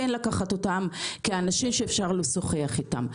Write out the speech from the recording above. אלא כן לקחת אותם כאנשים שאפשר לשוחח איתם.